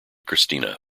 christina